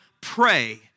pray